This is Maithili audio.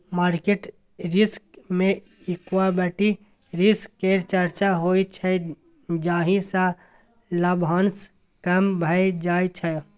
मार्केट रिस्क मे इक्विटी रिस्क केर चर्चा होइ छै जाहि सँ लाभांश कम भए जाइ छै